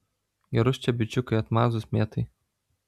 gerus čia bičiukai atmazus mėtai